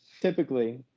typically